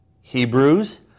Hebrews